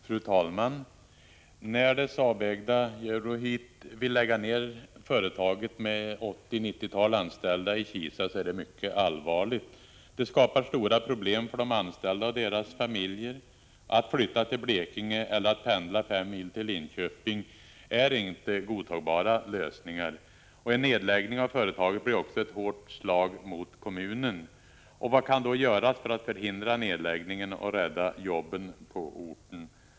Fru talman! Att det Saabägda Euroheat vill lägga ned företaget med 80-90 anställda i Kisa är mycket allvarligt. Det skapar stora problem för de anställda och deras familjer. Att flytta till Blekinge eller att pendla fem mil till Linköping är inte godtagbara lösningar. En nedläggning av företaget blir också ett hårt slag mot kommunen. Vad kan då göras för att förhindra nedläggningen och rädda jobben på orten?